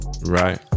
right